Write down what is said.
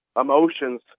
emotions